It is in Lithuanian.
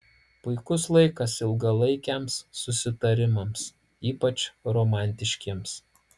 puikus laikas ilgalaikiams susitarimams ypač romantiškiems